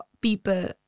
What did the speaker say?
people